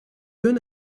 deux